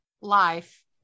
life